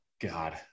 God